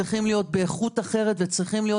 צריכים להיות באיכות אחרת וצריכים להיות